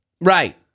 Right